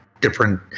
different